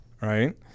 right